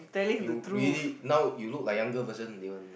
you really now you look like younger version Davian